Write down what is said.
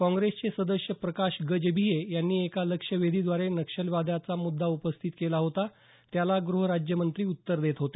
काँग्रेसचे सदस्य प्रकाश गजभिये यांनी एका लक्ष्यवेधीद्वारे नक्षलवादाचा मुद्दा उपस्थित केला होता त्याला ग्रहराज्यमंत्री उत्तर देत होते